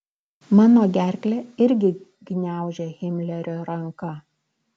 mano gerklę irgi gniaužia himlerio ranka